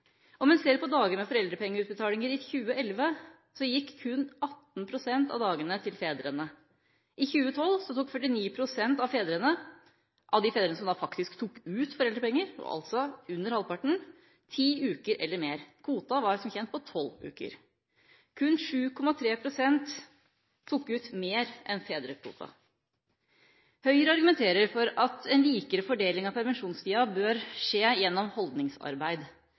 Om en ser på dager med foreldrepengeutbetalinger i 2011, gikk kun 18 pst. av dagene til fedrene. I 2012 tok 49 pst. av fedrene som faktisk tok ut foreldrepenger – altså under halvparten – ti uker eller mer. Kvoten var som kjent på tolv uker. Kun 7,3 pst. tok ut mer enn fedrekvoten. Høyre argumenterer for at en likere fordeling av permisjonstida bør skje gjennom holdningsarbeid,